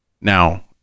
Now